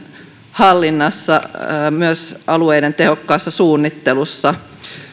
hallinnassa myös alueiden tehokkaassa suunnittelussa